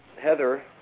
Heather